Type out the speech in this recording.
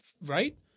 right